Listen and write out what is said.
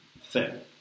fair